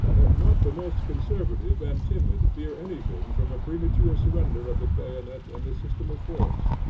let not the most conservative and timid fear anything from a premature surrender of the bayonet and the system of force.